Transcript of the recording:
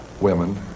women